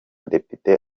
depite